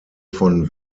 von